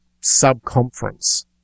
sub-conference